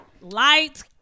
light